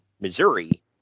Missouri